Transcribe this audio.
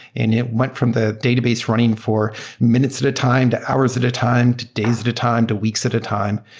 it went from the database running for minutes at a time, to hours at a time, to days at a time, to weeks at a time.